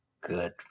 good